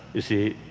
you see,